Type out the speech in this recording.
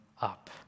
up